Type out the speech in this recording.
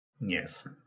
Yes